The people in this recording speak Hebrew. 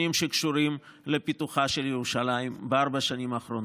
שקשורים לפיתוחה של ירושלים בארבע השנים האחרונות.